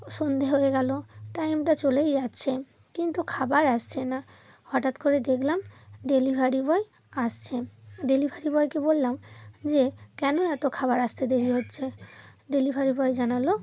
সন্ধ্যে হয়ে গেল টাইমটা চলেই যাচ্ছে কিন্তু খাবার আসছে না হঠাৎ করে দেখলাম ডেলিভারি বয় আসছে ডেলিভারি বয়কে বললাম যে কেন এত খাবার আসতে দেরি হচ্ছে ডেলিভারি বয় জানালো